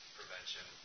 prevention